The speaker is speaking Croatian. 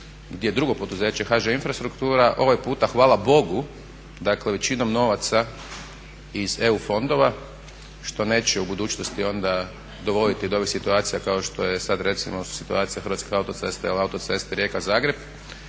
gdje drugo poduzeće HŽ-Infrastruktura ovaj puta hvala Bogu, dakle većinom novaca iz EU fondova što neće u budućnosti onda dovoditi do ovih situacija kao što je sad recimo situacija Hrvatske autoceste ili Autoceste Rijeka – Zagreb,